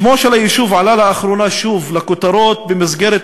שמו של היישוב עלה לאחרונה שוב לכותרות במסגרת